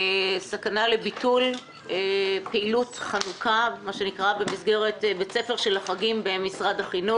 על סכנה לביטול פעילות חנוכה במסגרת בית ספר של החגים במשרד החינוך.